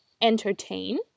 entertain